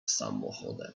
samochodem